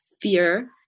fear